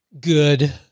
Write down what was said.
Good